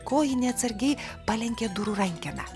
kojinė atsargiai palenkė durų rankeną